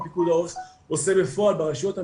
פיקוד העורף עושה בפועל ברשויות המקומיות.